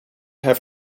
have